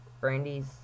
Brandy's